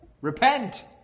repent